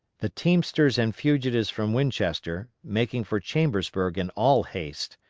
the teamsters and fugitives from winchester, making for chambersburg in all haste,